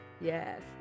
Yes